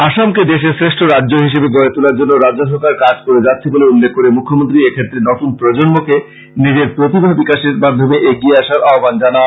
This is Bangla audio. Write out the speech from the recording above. আসামকে দেশের শ্রেষ্ঠ রাজ্য হিসেবে গড়ে তোলার জন্য রাজ্য সরকার কাজ করে যাচ্ছে বলে উল্লেখ করে মূখ্যমন্ত্রী এক্ষেত্রে নতুন প্রজন্মকে নিজের প্রতিভা বিকাশের মাধ্যমে এগিয়ে আসার আহ্বান জানান